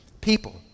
people